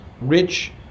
rich